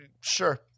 sure